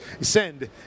send